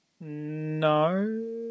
No